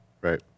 right